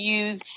use